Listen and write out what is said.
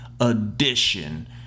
edition